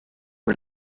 rid